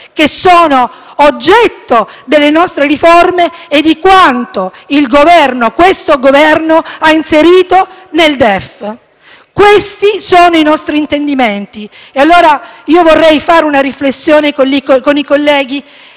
che sono oggetto delle nostre riforme e di quanto il Governo, questo Governo, ha inserito nel DEF. Questi sono i nostri intendimenti. Vorrei allora fare una riflessione con i colleghi